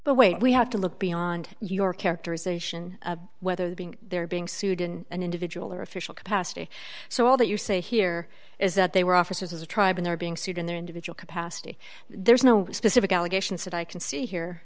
but wait we have to look beyond your characterization of whether the being there being sued in an individual or official capacity so all that you say here is that they were officers of the tribe and they're being sued in their individual capacity there's no specific allegations that i can see here